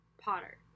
Potter